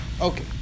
Okay